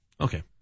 Okay